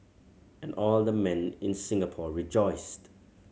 and all the men in Singapore rejoiced